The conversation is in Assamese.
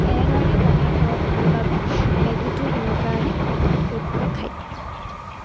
তেনেধৰণে বনাই খাব পাৰি বাবে মেগিটো মোৰ কাৰণে আটাইতকৈ প্ৰিয় খাদ্য